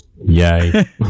Yay